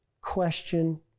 question